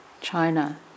China